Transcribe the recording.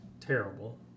terrible